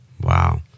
Wow